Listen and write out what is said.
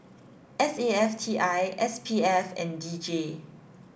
S A F T I S P F and D J